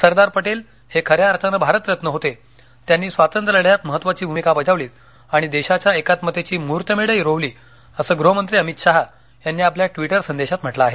सरदार पटेल हे खऱ्या अर्थानं भारतरत्न होते त्यांनी स्वातंत्र्य लढ्यात महत्वाची भूमिका बजावलीच आणि देशाच्या एकात्मतेची मुहूर्तमेढही रोवली असं गृहमंत्री अमित शहा यांनी आपल्या ट्विटर संदेशात म्हटलं आहे